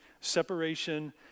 separation